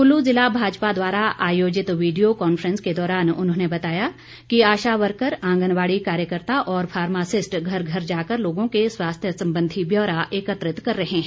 कुल्लू जिला भाजपा द्वारा आयोजित वीडियो कांफ्रेंस के दौरान उन्होंने बताया कि आशा वर्कर आंगनबाड़ी कार्यकर्ता और फार्मासिस्ट घर घर जाकर लोगों के स्वास्थ्य संबंधी ब्यौरा एकत्रित कर रहे हैं